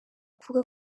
kuvuga